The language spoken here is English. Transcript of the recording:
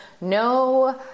no